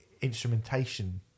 instrumentation